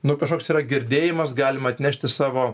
nu ir kažkoks yra girdėjimas galima atnešti savo